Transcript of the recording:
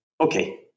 okay